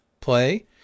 play